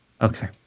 Okay